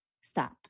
stop